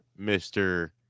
Mr